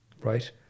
Right